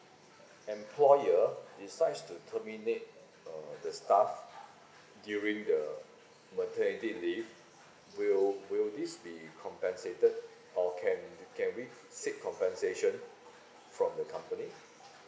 employer decides to terminate uh the staff during the maternity leave will will this be compensated or can can we seek compensation from the company